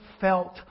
felt